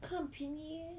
他很便宜 leh